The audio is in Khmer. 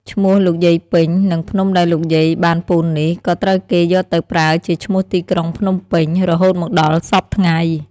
ឈ្មោះលោកយាយពេញ និងភ្នំដែលលោកយាយបានពូននេះ ក៏ត្រូវបានគេយកទៅប្រើជាឈ្មោះទីក្រុង "ភ្នំពេញ" រហូតមកដល់សព្វថ្ងៃ។